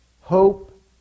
Hope